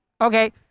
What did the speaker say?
Okay